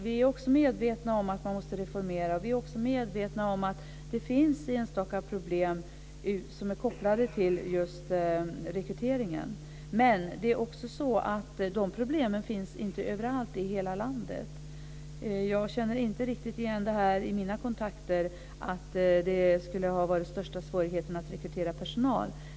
Vi är medvetna om att man måste reformera. Vi är också medvetna om att det finns enstaka problem som är kopplade till rekryteringen. Men de problemen finns inte överallt i hela landet. Jag känner inte riktigt igen de stora svårigheterna att rekrytera personal från mina kontakter.